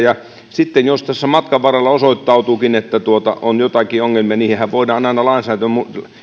sitten jos tässä matkan varrella osoittautuukin että on joitakin ongelmia niihinhän voidaan aina